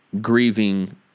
grieving